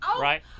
right